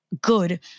good